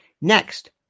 Next